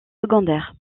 secondaire